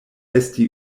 esti